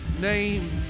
name